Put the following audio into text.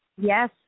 Yes